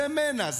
זה מנע.